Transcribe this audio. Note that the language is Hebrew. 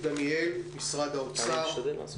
דניאל, ממשרד האוצר.